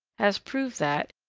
has proved that,